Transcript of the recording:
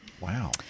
Wow